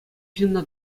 ҫынна